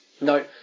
No